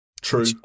True